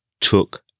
took